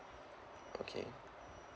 okay